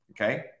Okay